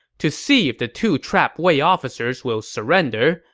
to see if the two trapped wei officers will surrender,